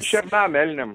šernam elniam